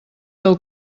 del